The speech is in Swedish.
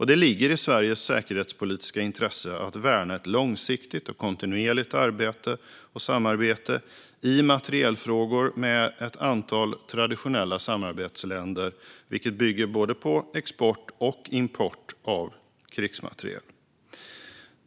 Det ligger i Sveriges säkerhetspolitiska intresse att värna ett långsiktigt och kontinuerligt samarbete i materielfrågor med ett antal traditionella samarbetsländer, vilket bygger på både export och import av krigsmateriel.